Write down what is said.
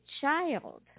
child